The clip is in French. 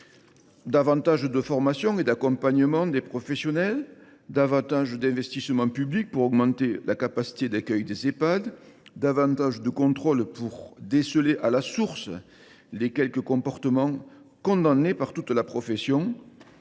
Davantage de formation et d’accompagnement des professionnels ? Davantage d’investissement public pour augmenter la capacité d’accueil des Ehpad ? Davantage de contrôles pour déceler à la source les quelques comportements condamnés par toute la profession